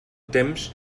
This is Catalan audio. temps